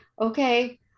okay